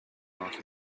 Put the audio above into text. off